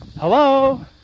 Hello